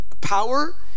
power